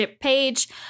Page